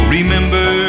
Remember